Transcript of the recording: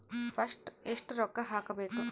First ಎಷ್ಟು ರೊಕ್ಕ ಹಾಕಬೇಕು?